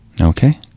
Okay